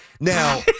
Now